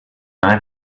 eye